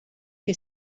que